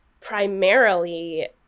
primarily